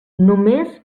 només